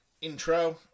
intro